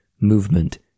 movement